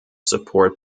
support